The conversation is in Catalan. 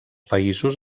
països